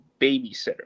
babysitter